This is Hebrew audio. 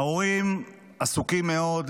ההורים עסוקים מאוד,